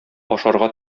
ашарга